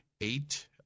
eight